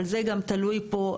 אבל זה גם תלוי פה,